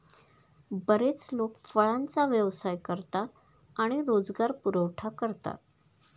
बरेच लोक फळांचा व्यवसाय करतात आणि रोजगार पुरवठा करतात